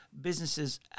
businesses